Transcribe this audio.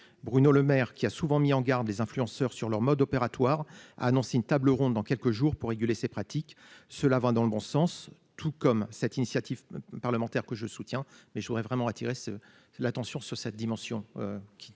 Bruno Lemaire qui a souvent mis en garde les influenceurs sur leurs modes opératoires, a annoncé une table ronde dans quelques jours pour réguler ces pratiques. Cela va dans le bon sens, tout comme cette initiative parlementaire que je soutiens, mais je voudrais vraiment attirer ce l'attention sur cette dimension.